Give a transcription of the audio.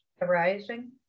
arising